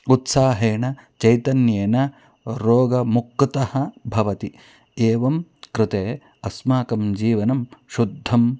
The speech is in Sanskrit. उत्साहेन चैतन्येन रोगमुक्तं भवति एवं कृते अस्माकं जीवनं शुद्धम्